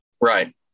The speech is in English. Right